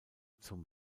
zum